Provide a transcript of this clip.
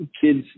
kids